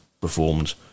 performed